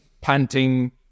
panting